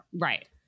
Right